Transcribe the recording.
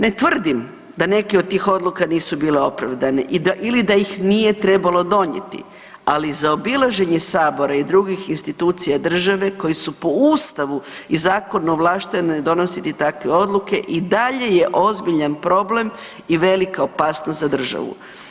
Ne tvrdim da neke od tih odluka nisu bile opravdane ili da ih nije trebalo donijeti, ali zaobilaženje Sabora i drugih institucija koje su po Ustavu i zakonu ovlaštene donositi takve odluke, i dalje je ozbiljan problem i velika opasnost za državu.